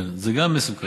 כן, זה גם מסוכן.